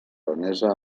danesa